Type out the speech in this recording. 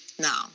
now